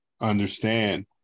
understand